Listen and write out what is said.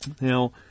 Now